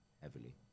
heavily